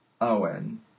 Owen